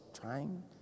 trying